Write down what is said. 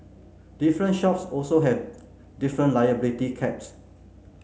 different shops also have different liability caps